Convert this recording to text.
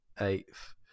Eighth